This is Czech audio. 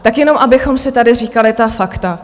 Tak jenom abychom si tady říkali ta fakta.